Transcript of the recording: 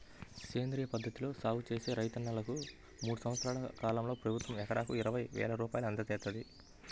సేంద్రియ పద్ధతిలో సాగు చేసే రైతన్నలకు మూడు సంవత్సరాల కాలంలో ప్రభుత్వం ఎకరాకు ఇరవై వేల రూపాయలు అందజేత్తంది